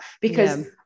because-